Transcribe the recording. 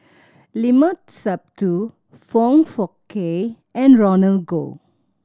Limat Sabtu Foong Fook Kay and Roland Goh